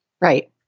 Right